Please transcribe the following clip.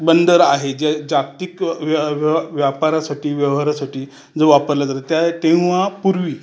बंदर आहे जे जागतिक व्य व्या व्यापारासाठी व्यवहारासाठी जो वापरल्या जाते त्या तेव्हा पूर्वी